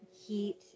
heat